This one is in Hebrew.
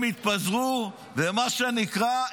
הם התפזרו ומה שנקרא,